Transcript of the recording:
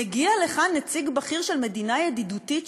מגיע לכאן נציג בכיר של מדינה ידידותית,